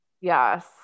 Yes